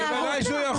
איזו התנהגות?